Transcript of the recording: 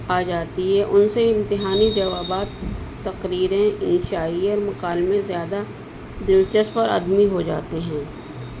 آ جاتی ہے ان سے امتحانی جوابات تقریریں انشع اور مقال میں زیادہ دلچسپ اور آدمی ہو جاتے ہیں